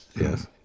Yes